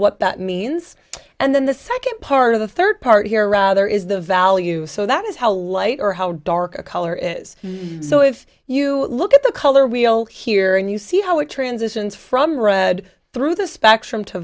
what that means and then the second part of the third part here rather is the value so that is how light or how dark a color is so if you look at the color wheel here and you see how it transitions from red through the spectrum to